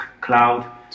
cloud